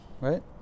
right